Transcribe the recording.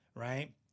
Right